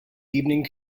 evening